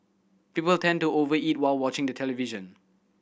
people tend to over eat while watching the television